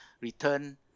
return